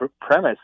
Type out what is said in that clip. premise